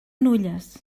nulles